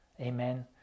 Amen